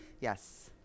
yes